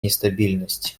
нестабильность